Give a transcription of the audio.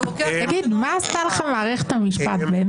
מה עשתה לך מערכת המשפט?